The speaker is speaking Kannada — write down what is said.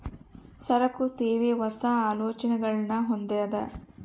ಸರಕು, ಸೇವೆ, ಹೊಸ, ಆಲೋಚನೆಗುಳ್ನ ಹೊಂದಿದ